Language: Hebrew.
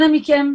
אנא מכם,